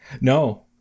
No